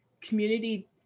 community